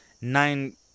nine